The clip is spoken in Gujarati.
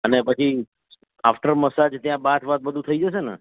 અને પછી આફ્ટર મસાજ ત્યાં બાથ બાથ બધું થઈ જશે ને